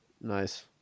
Nice